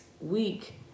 week